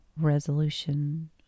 resolution